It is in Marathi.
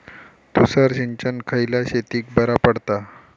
तुषार सिंचन खयल्या शेतीक बरा पडता?